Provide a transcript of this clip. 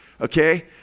okay